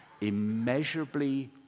immeasurably